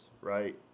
right